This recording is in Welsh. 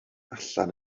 allan